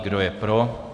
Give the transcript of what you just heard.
Kdo je pro?